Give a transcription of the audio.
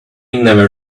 never